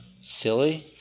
silly